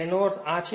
તેનો અર્થ આ છે